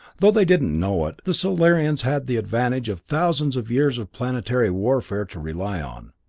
though they didn't know it, the solarians had the advantage of thousands of years of planetary warfare to rely on.